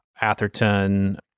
Atherton